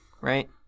right